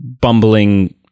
bumbling